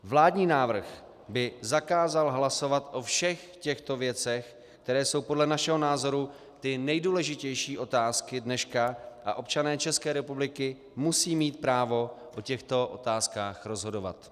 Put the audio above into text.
Vládní návrh by zakázal hlasovat o všech těchto věcech, které jsou podle našeho názoru ty nejdůležitější otázky dneška, a občané České republiky musí mít právo o těchto otázkách rozhodovat.